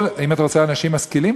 אם אתה רוצה אנשים משכילים,